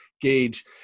gauge